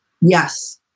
Yes